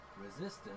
Resistance